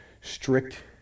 strict